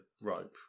rope